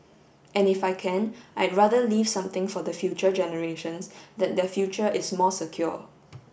and if I can I'd rather leave something for the future generations that their future is more secure